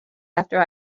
after